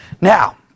Now